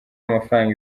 amafaranga